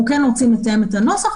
אנחנו כן רוצים לתאם את הנוסח.